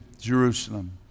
Jerusalem